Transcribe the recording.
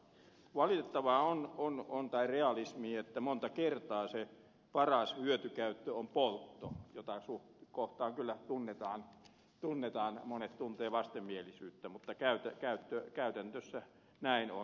valitettavaa tai realismia on että monta kertaa se paras hyötykäyttö on poltto jota kohtaan kyllä monet tuntevat vastenmielisyyttä mutta käytännössä näin on